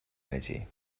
energy